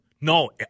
No